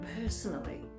personally